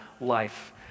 life